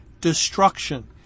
destruction